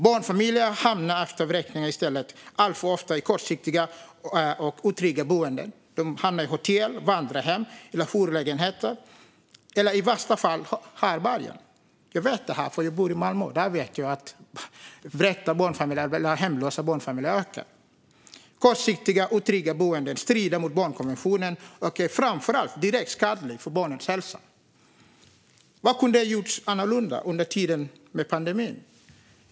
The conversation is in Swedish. I stället hamnar barnfamiljer efter vräkning alltför ofta i kortsiktiga och otrygga boenden såsom hotell, vandrarhem, jourlägenheter eller i värsta fall härbärgen. Jag vet detta, för jag bor i Malmö där antalet vräkta barnfamiljer ökar. Kortsiktiga, otrygga boenden strider mot barnkonventionen och är framför allt direkt skadliga för barnets hälsa. Vad kunde gjorts annorlunda under pandemin?